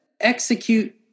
execute